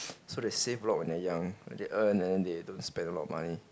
so they save a lot when they're young and they earn and then they don't spend a lot of money